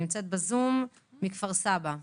מילכה, בבקשה.